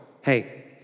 hey